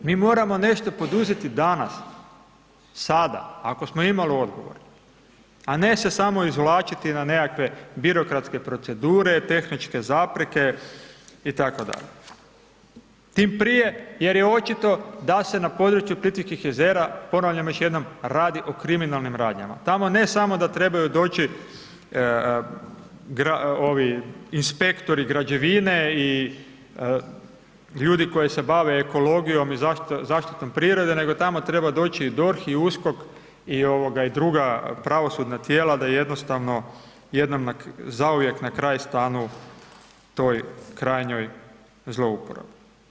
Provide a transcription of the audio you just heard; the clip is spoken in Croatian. Mi moramo nešto poduzeti danas, sada ako smo imalo odgovorni a ne se samo izvlačiti na nekakve birokratske procedure, tehničke zapreke itd., tim prije jer je očito da se na području Plitvičkih jezera, ponavljam još jednom, radi o kriminalnim radnjama, tamo ne samo da trebaju doći inspektori građevine i ljudi koji se bave ekologijom i zaštitom prirode, nego tamo treba doći DORH i USKOK i druga pravosudna tijela da jednostavno jednom zauvijek na kraju stanu toj krajnjoj zlouporabi.